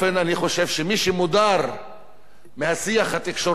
אני חושב שמי שמודר מהשיח התקשורתי,